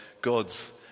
God's